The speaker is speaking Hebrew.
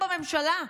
בממשלה.